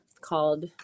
called